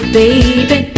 baby